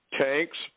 tanks